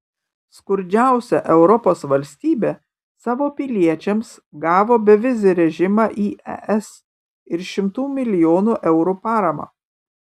skurdžiausia europos valstybė savo piliečiams gavo bevizį režimą į es ir šimtų milijonų eurų paramą